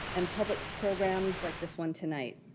and public programs like this one tonight.